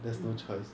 there's no choice